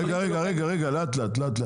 רגע, לאט לאט.